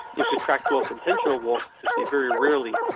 you subtract off intentional walk cause they very rarely.